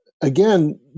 again